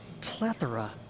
plethora